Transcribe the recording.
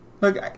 look